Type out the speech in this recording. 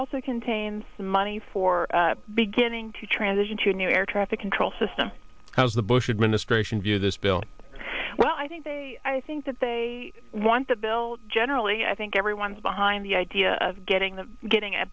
also contains money for beginning to transition to a new air traffic control system is the bush administration view this bill well i think they i think that they want the bill generally i think everyone's behind the idea of getting the getting a